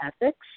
ethics